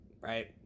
right